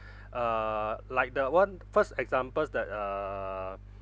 uh like the one first examples that err